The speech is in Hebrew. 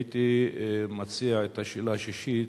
הייתי מציע את השאלה השישית,